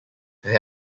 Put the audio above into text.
there